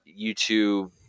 YouTube